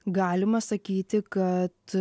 galima sakyti kad